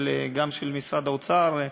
גם של משרד האוצר,